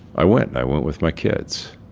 i went. i went with my kids.